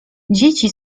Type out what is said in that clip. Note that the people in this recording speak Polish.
dzieci